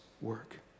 work